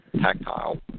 tactile